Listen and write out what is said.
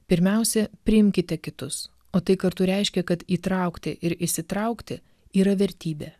pirmiausia priimkite kitus o tai kartu reiškia kad įtraukti ir įsitraukti yra vertybė